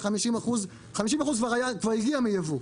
50% כבר הגיע מיבוא.